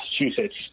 Massachusetts